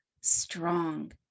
strong